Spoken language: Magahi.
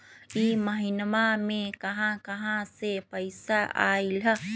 इह महिनमा मे कहा कहा से पैसा आईल ह?